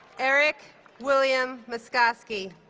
eric william muscosky